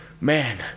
man